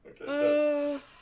Okay